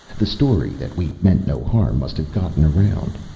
the story that we meant no harm must have gotten around.